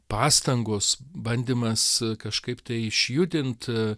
pastangos bandymas kažkaip tai išjudint